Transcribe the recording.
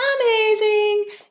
Amazing